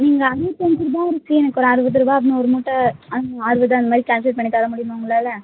நீங்கள் அறுபத்தஞ்சி ரூபா இருக்குது எனக்கு ஒரு அறுபது ரூவா அப்படினு ஒரு மூட்டை அறு அறுபது அந்த மாதிரி சார்ஜஸ் பண்ணி தர முடியுமா உங்களால்